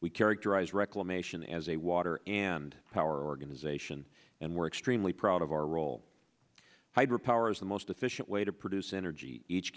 we characterize reclamation as a water and power organization and were extremely proud of our role hydro power is the most efficient way to produce energy each